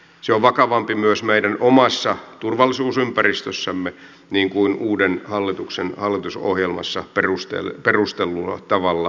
se on vakavampi myös meidän omassa turvallisuusympäristössämme niin kuin uuden hallituksen hallitusohjelmassa perustellulla tavalla todetaan